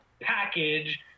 package